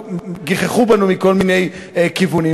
גיחכו עלינו מכל מיני כיוונים.